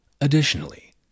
Additionally